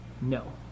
no